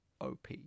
OP